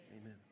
Amen